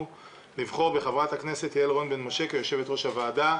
לבחור בחברת הכנסת רון בן משה כיושבת-ראש הוועדה".